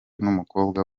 n’umukobwa